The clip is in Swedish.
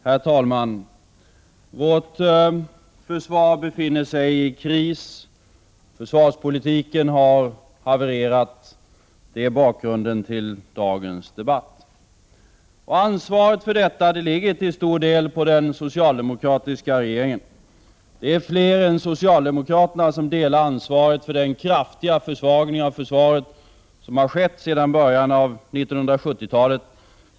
Herr talman! Vårt försvar befinner sig i kris. Försvarspolitiken har havererat. Det är bakgrunden till dagens debatt. Ansvaret för detta ligger till stor del på den socialdemokratiska regeringen. Fler än socialdemokraterna delar ansvaret för den kraftiga försvagning av försvaret som har skett sedan början av 1970-talet.